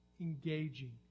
engaging